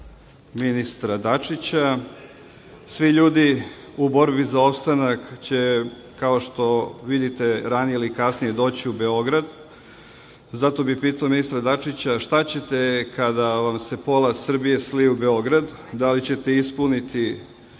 ministra Dačića. Svi ljudi u borbi za opstanak će, kao što vidite, ranije ili kasnije doći u Beograd. Zato bih pitao ministra Dačića – šta ćete kada vam se pola Srbije slije u Beograd? Da li ćete ispuniti